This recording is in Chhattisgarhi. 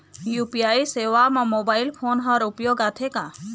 यू.पी.आई सेवा म मोबाइल फोन हर उपयोग आथे का?